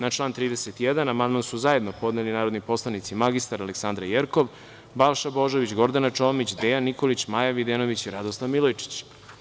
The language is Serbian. Na član 31. amandman su zajedno podneli narodni poslanici mr Aleksandra Jerkov, Balša Božović, Gordana Čomić, Dejan Nikolić, Maja Videnović i Radoslav Milojičić.